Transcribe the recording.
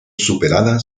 superada